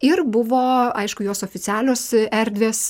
ir buvo aišku jos oficialios erdvės